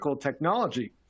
technology